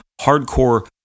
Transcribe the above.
hardcore